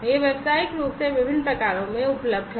यह व्यावसायिक रूप से विभिन्न प्रकारों में उपलब्ध है